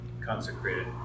consecrated